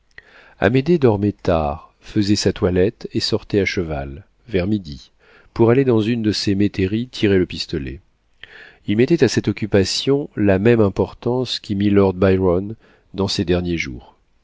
amédée dormait tard faisait sa toilette et sortait à cheval vers midi pour aller dans une de ses métairies tirer le pistolet il mettait à cette occupation la même importance qu'y mit lord byron dans ses derniers jours